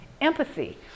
empathy